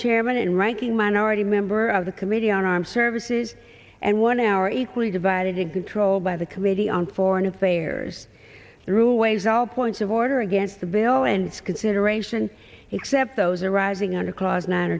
chairman and ranking minority member of the committee on armed services and one hour equally divided in control by the committee on foreign affairs throughways all points of order against the bill and consideration he except those arriving under clause nine